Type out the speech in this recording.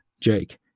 Jake